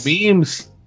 memes